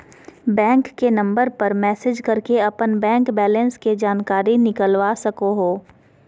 bank के number पर message करके अपन बैंक बैलेंस के जानकारी निकलवा सको हो